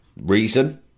Reason